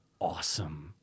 Awesome